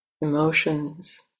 emotions